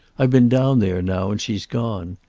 i've been down there now, and she's gone.